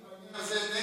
אני בעניין הזה נגד.